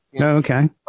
Okay